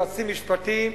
יועצים משפטיים,